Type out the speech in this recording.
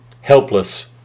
helpless